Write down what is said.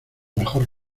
mejor